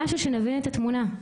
משהו שנבין את התמונה.